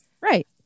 Right